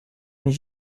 mais